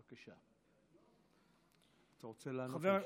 בבקשה, אתה רוצה לענות?